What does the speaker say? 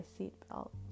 seatbelt